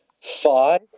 five